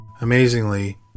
Amazingly